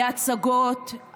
להצגות,